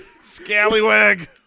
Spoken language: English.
scallywag